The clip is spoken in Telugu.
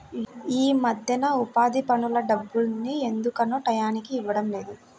యీ మద్దెన ఉపాధి పనుల డబ్బుల్ని ఎందుకనో టైయ్యానికి ఇవ్వడం లేదు